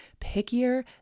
pickier